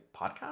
podcast